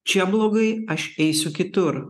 čia blogai aš eisiu kitur